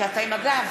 כי אתה עם הגב.